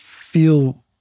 feel